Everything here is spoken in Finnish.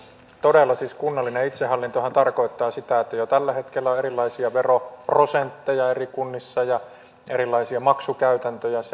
todella siis kunnallinen itsehallintohan tarkoittaa sitä että jo tällä hetkellä on erilaisia veroprosentteja eri kunnissa ja erilaisia maksukäytäntöjä